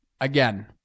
again